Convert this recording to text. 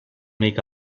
make